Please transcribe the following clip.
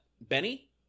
benny